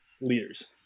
leaders